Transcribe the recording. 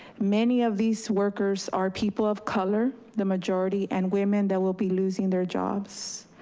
many of these workers are people of color, the majority and women that will be losing their jobs.